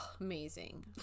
amazing